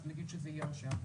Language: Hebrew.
אז נגיד שזה יהיה ראשי הגופים.